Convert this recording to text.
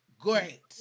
Great